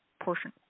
portion